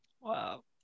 Wow